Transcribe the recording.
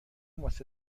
واسه